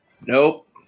Nope